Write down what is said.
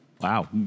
Wow